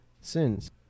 sins